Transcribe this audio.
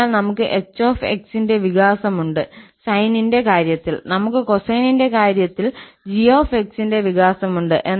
അതിനാൽ നമുക്ക് ℎ𝑥 ന്റെ വികാസം ഉണ്ട് സൈനിന്റെ കാര്യത്തിൽ നമുക്ക് കൊസൈനിന്റെ കാര്യത്തിൽ 𝑔𝑥 ന്റെ വികാസം ഉണ്ട്